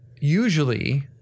usually